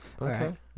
Okay